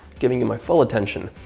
giving it my full attention,